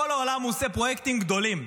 בכל העולם הוא עושה פרויקטים גדולים.